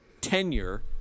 tenure